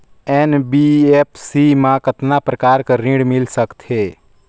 NBFC मा कतना प्रकार कर ऋण मिल सकथे?